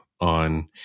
on